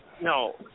no